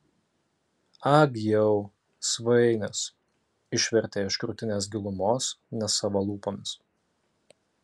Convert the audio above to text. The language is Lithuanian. ag jau svainis išvertė iš krūtinės gilumos ne savo lūpomis